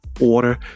order